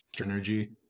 energy